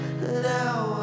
now